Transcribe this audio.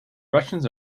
russians